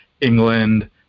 England